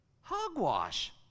Hogwash